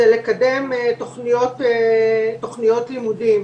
זה לקדם תוכניות לימודים.